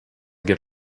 get